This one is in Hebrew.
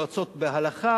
יועצות בהלכה,